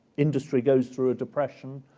industry goes through a depression,